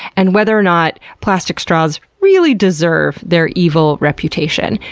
and whether or not plastic straws really deserve their evil reputation.